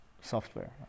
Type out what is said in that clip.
software